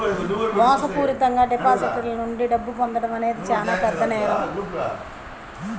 మోసపూరితంగా డిపాజిటర్ల నుండి డబ్బును పొందడం అనేది చానా పెద్ద నేరం